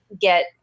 get